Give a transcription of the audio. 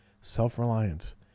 self-reliance